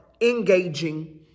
engaging